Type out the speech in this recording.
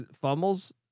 fumbles